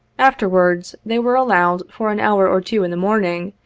afterwards, they were allowed, for an hour or two in the morning,